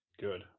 Good